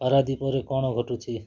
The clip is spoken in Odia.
ପାରାଦୀପରେ କ'ଣ ଘଟୁଛି